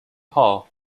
hull